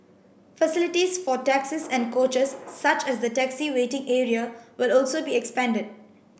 facilities for taxis and coaches such as the taxi waiting area will also be expanded